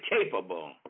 capable